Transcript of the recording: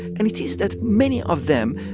and it is that many of them,